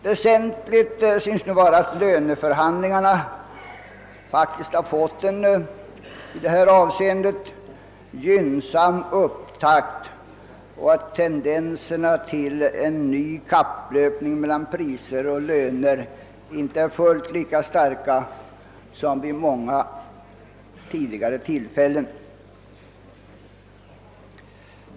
Väsentligt synes vara att löneförhandlingarna faktiskt har fått en i detta avseende gynnsam upptakt och att tendenserna till en ny kapplöpning mellan priser och löner inte är fullt lika starka som vid många tidigare tillfällen.